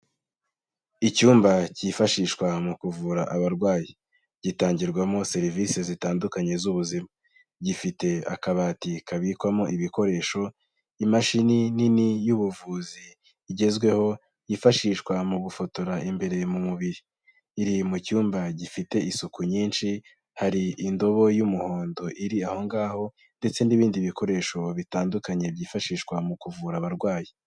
Icyumba cyifashishwa mu kuvura abarwayi, gitangirwamo serivisi zitandukanye z'ubuzima gifite akabati kabikwamo ibikoresho imashini nini y'ubuvuzi igezweho yifashishwa mu gufotora imbere mu mubiri, iri mu cyumba gifite isuku nyinshi hari indobo y'umuhondo iri ahongaho ndetse n'ibindi bikoresho bitandukanye byifashishwa mu kuvura abarwayi.